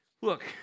Look